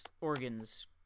organs